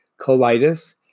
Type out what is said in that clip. colitis